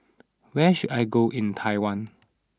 where should I go in Taiwan